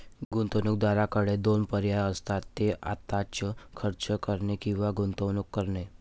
गुंतवणूकदाराकडे दोन पर्याय असतात, ते आत्ताच खर्च करणे किंवा गुंतवणूक करणे